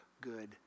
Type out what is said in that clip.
good